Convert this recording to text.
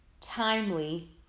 Timely